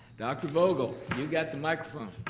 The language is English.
dr. vogel, you got the microphone.